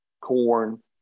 corn